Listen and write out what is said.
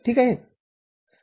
ठीक आहे